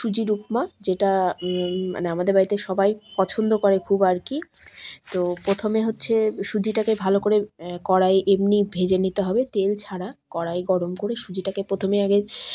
সুজির উপমা যেটা মানে আমাদের বাড়িতে সবাই পছন্দ করে খুব আর কি তো প্রথমে হচ্ছে সুজিটাকে ভালো করে কড়াই এমনি ভেজে নিতে হবে তেল ছাড়া কড়াই গরম করে সুজিটাকে প্রথমে আগে